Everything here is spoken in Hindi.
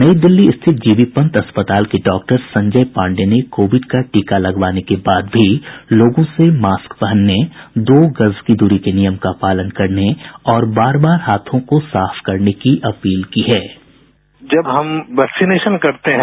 नई दिल्ली स्थित जीबी पंत अस्पताल के डॉक्टर संजय पांडेय ने कोविड का टीका लगवाने के बाद भी लोगों से मास्क पहनने दो गज की दूरी के नियम का पालन करने और बार बार हाथों को साफ करने की अपील की है